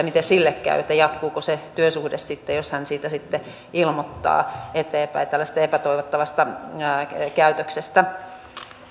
miten sille käy jatkuuko se työsuhde sitten jos ilmoittaa eteenpäin tällaisesta epätoivottavasta käytöksestä